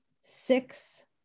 six